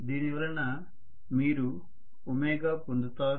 దీనివలన మీరు ω పొందుతారు